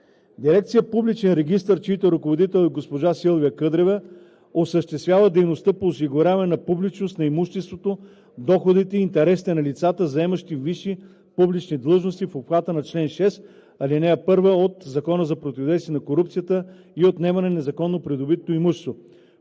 Дирекция „Публичен регистър“, чийто ръководител е госпожа Силвия Къдрева, осъществява дейностите по осигуряване на публичност на имуществото, доходите и интересите на лицата, заемащи висши публични длъжности, в обхвата на чл. 6, ал. 1 от Закона за противодействие на корупцията и за отнемане на незаконно придобитото имущество,